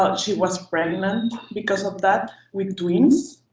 um she was pregnant because of that with twins.